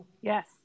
Yes